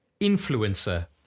influencer